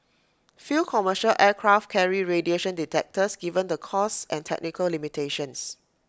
few commercial aircraft carry radiation detectors given the costs and technical limitations